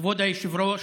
כבוד היושב-ראש,